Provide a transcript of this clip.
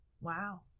Wow